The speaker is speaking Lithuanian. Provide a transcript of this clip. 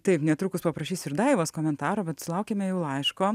taip netrukus paprašysiu ir daivos komentaro bet sulaukėme laiško